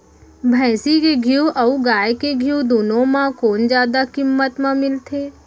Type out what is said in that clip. भैंसी के घीव अऊ गाय के घीव दूनो म कोन जादा किम्मत म मिलथे?